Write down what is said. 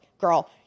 girl